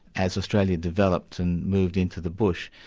as australia developed and moved into the bush,